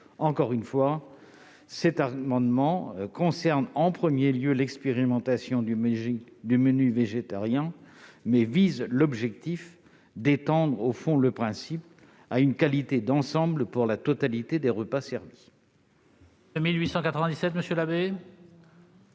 Encore une fois, cet amendement concerne en premier lieu l'expérimentation du menu végétarien, mais vise l'objectif d'étendre, au fond, le principe à une qualité d'ensemble pour la totalité des repas servis. L'amendement